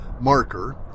marker